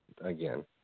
again